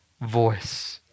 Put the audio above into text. voice